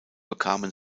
bekamen